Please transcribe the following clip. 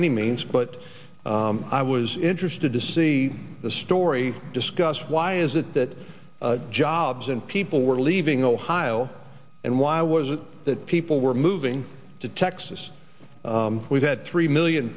any means but i was interested to see the story discuss why is it that jobs and people were leaving ohio and why was it that people were moving to texas we've had three million